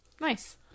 Nice